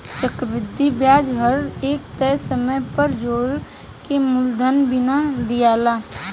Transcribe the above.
चक्रविधि ब्याज हर एक तय समय पर जोड़ के मूलधन बना दियाला